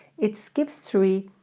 it skips three,